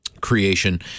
creation